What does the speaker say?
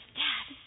dad